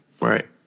Right